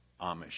Amish